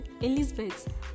Elizabeth